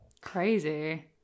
crazy